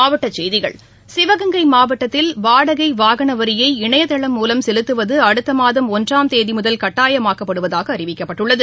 மாவட்ட செய்திகள் சிவகங்கை மாவட்டத்தில் வாடகை வாகன வரியை இணையதளம் மூலம் செலுத்துவது அடுத்தமாதம் ஒன்றாம் தேதி முதல் கட்டாயமாக்கப்படுவதாக அறிவிக்கப்பட்டுள்ளது